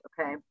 okay